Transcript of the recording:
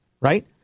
right